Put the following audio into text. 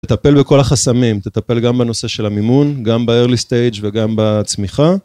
תטפל בכל החסמים, תטפל גם בנושא של המימון, גם בארלי סטייג' וגם בצמיחה.